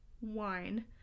wine